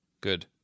Good